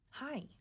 Hi